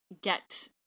get